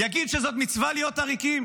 יגיד שזאת מצווה להיות עריקים?